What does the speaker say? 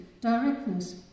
directness